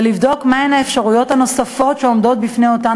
ולבדוק מה הן האפשרויות הנוספות שעומדות בפני אותן